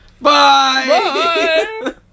Bye